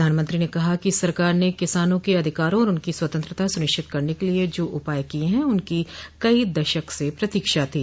प्रधानमंत्री ने कहा कि सरकार ने किसानों के अधिकारों और उनकी स्वतंत्रता सुनिश्चित करने के लिए जो उपाय किये हैं उनकी कई दशक से प्रतीक्षा थी